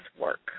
work